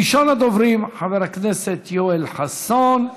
ראשון הדוברים, חבר הכנסת יואל חסון,